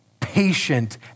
patient